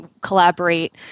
collaborate